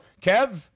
Kev